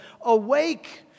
Awake